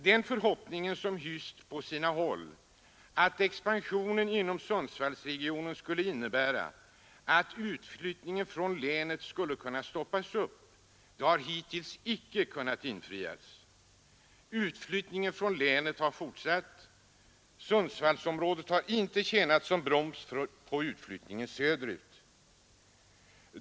Den förhoppning som hysts på sina håll att expan sionen inom Sundsvallsregionen skulle innebära att utflyttningen från länet skulle kunna stoppas har hittills inte infriats Utflyttningen från länet har fortsatt. Sundsvallsområdet har inte kunnat tjäna som broms på utflyttningen söderut.